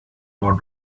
not